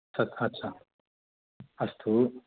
तथा च अस्तु